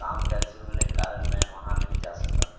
काम कैंसिल होने कारण मैं वहाँ नहीं जा सका